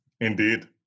Indeed